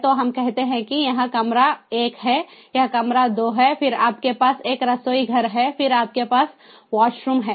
तो हम कहते हैं कि यह कमरा 1 है यह कमरा 2 है फिर आपके पास एक रसोईघर है फिर आपके पास वॉशरूम है